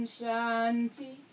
Shanti